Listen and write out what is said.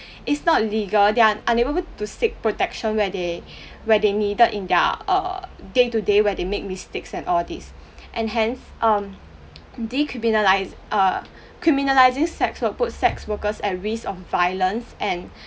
it's not legal they're unable uh to seek protection where they where they needed in their uh day today where they make mistakes and all this and hence um decriminalise uh criminalises sex work put sex workers at risk of violence and